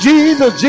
Jesus